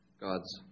God's